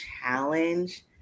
challenge